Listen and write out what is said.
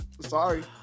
Sorry